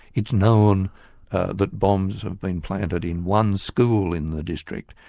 it's known that bombs have been planted in one school in the district.